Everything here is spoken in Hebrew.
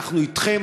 אנחנו אתכם,